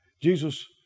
Jesus